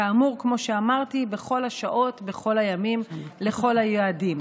כמו שאמרתי, בכל השעות, בכל הימים, לכל היעדים.